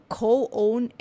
co-own